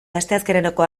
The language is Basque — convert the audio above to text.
asteazkeneroko